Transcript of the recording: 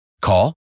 Call